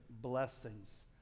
blessings